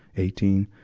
eighteen.